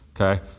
okay